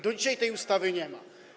Do dzisiaj tej ustawy nie ma.